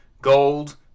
Gold